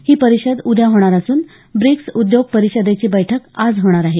ही परिषद उद्या होणार असून ब्रिक्स उद्योग परिषदेची बैठक आज होणार आहे